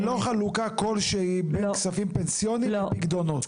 ללא חלוקה כלשהי בין כספים פנסיוניים לפיקדונות.